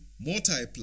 multiply